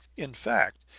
in fact,